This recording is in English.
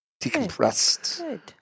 decompressed